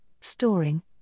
storing